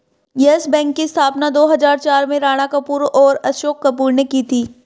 yes Bank की स्थापना दो हजार चार में राणा कपूर और अशोक कपूर ने की थी